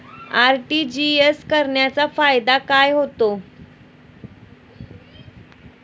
RTGS करण्याचा फायदा काय होतो?